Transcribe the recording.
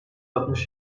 altmış